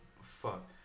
fuck